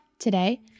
Today